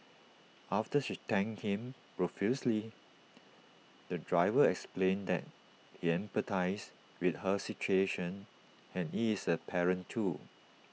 after she thanked him profusely the driver explained that he empathised with her situation and he is A parent too